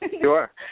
Sure